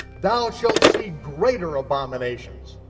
thou shalt see greater abominations.